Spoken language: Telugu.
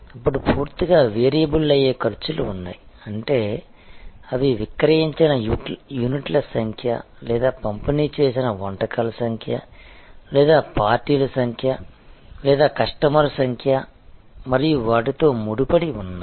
అప్పుడు పూర్తిగా వేరియబుల్ అయ్యే ఖర్చులు ఉన్నాయి అంటే అవి విక్రయించిన యూనిట్ల సంఖ్య లేదా పంపిణీ చేసిన వంటకాలు సంఖ్య లేదా పార్టీల సంఖ్య లేదా కస్టమర్ల సంఖ్య మరియు వాటితో ముడిపడి ఉన్నాయి